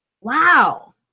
Wow